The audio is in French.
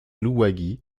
louwagie